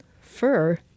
Fur